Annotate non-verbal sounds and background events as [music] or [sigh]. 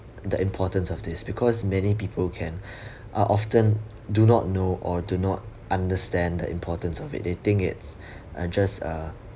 the importance of this because many people can [breath] uh often do not know or do not understand the importance of it they think it's uh just uh